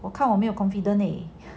我看我没有 confident leh